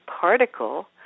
particle